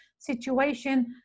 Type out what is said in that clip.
situation